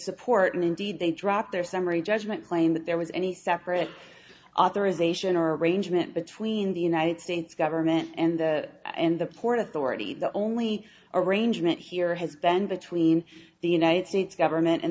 support an indeed they drop their summary judgment claim that there was any separate authorization arrangement between the united states government and the and the port authority the only arrangement here has been between the united states government and